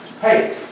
Hey